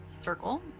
circle